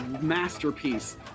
masterpiece